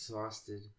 Exhausted